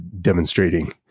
demonstrating